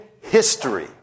history